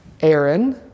Aaron